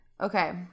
Okay